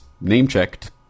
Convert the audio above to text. name-checked